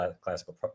classical